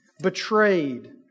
Betrayed